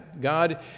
God